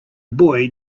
boy